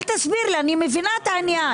אני מבינה את העניין.